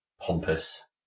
pompous